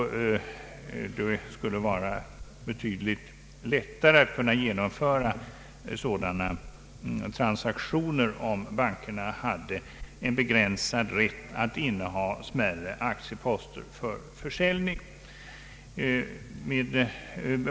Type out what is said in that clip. Det skulle vara betydligt lättare att genomföra sådana transaktioner om bankerna hade en begränsad rätt att inneha smärre aktieposter för försäljning.